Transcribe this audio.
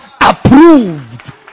approved